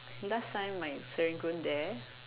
last time my Serangoon there